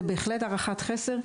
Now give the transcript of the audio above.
זה בהחלט הערכת חסר.